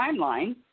timeline